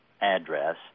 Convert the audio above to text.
address